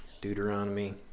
Deuteronomy